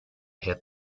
hit